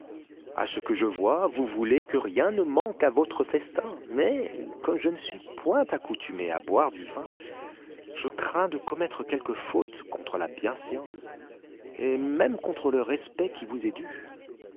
a ce que je vois vous voulez que rien ne manque à votre festin mais comme je ne suis point accoutumé à boire du vin je crains de commettre quelque faute contre la bienséance et même contre le respect qui vous est dû